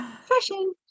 fashion